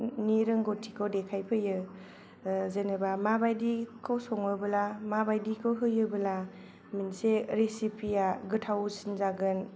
नि रोंगौथिखौ देखायफैयो जेनोबा माबादिखौ संबोला माबादिखौ होयोब्ला मोनसे रेसिफिया गोथावसिन जागोन